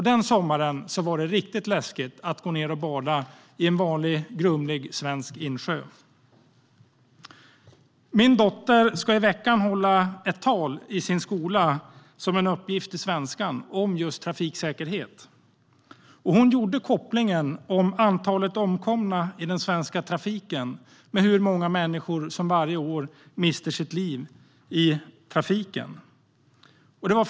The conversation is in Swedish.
Den sommaren var det riktigt läskigt att gå och bada i en vanlig, grumlig svensk insjö. Min dotter ska i veckan hålla ett tal i skolan - det är en uppgift i svenskan - om just trafiksäkerhet. Hon gjorde kopplingen mellan antalet omkomna i den svenska trafiken med hur många människor som varje år mister sina liv på grund av hajattacker.